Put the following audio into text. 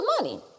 money